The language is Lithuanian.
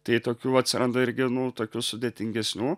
tai tokių atsiranda irgi nu tokių sudėtingesnių